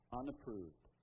unapproved